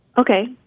Okay